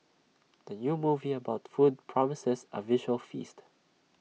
the new movie about food promises A visual feast